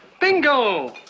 Bingo